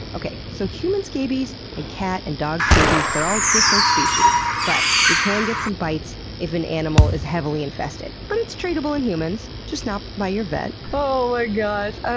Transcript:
okay, so human scabies and cat and dog scabies, they're all different species. but you can get some bites if an animal is heavily infested. but it's treatable in humans. just not. by your vet. oh my gosh.